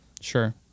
Sure